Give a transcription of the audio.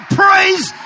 praise